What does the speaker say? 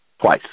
twice